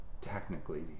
technically